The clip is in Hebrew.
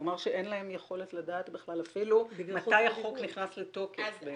הוא אמר שאין להם יכולת לדעת בכלל אפילו מתי החוק נכנס לתוקף בעצם.